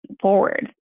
forward